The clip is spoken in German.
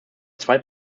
zwei